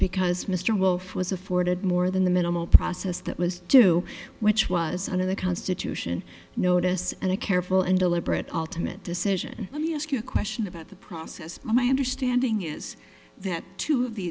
because mr wolfe was afforded more than the minimal process that was due which was under the constitution notice and a careful and deliberate ultimate decision let me ask you a question about the process my understanding is that two of